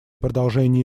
продолжения